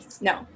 no